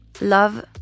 Love